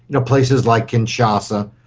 you know places like kinshasa,